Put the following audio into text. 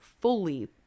fully